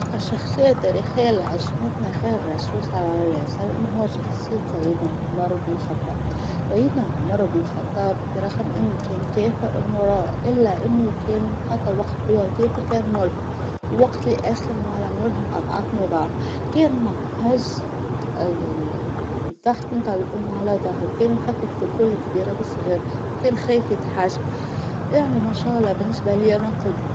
الشخصية التاريخية اللي عشمتنا خير واشوفها سالمة هو شخصية سيدنا عمر بن الخطاب، سيدنا عمر بن الخطاب برغم انه كان كافر أنه را إلا إنه كان حتى وقت هو كافر كان ملهم، وقت اللي أسلم ولا ملهم أضعاف مضاعفة، كان هزا التخت بتاع الام على ظهره، كان يفكر في كل كبيرة وصغيرة، وكان خايف يتحاسب يعني ما شاء الله بالنسبة لي أنا قدوة.